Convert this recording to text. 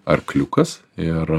arkliukas ir